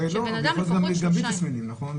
הרי לא, אדם יכול להיות גם בלי תסמינים, נכון?